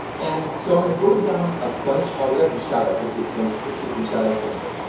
and so, i'm gonna go down a bunch of, we have some shout-outs, okay, so let's get some shout-outs going here.